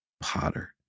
potter